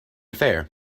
fair